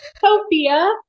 Sophia